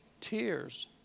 tears